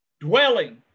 Dwelling